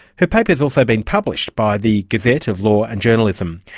her paper has also been published by the gazette of law and journalism,